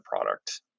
product